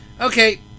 okay